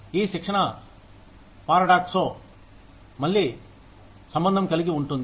ఈ శిక్షణ పారడాక్స్తో మళ్లీ సంబంధం కలిగి ఉంటుంది